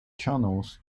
channels